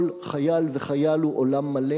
כל חייל וחייל הוא עולם מלא.